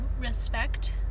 respect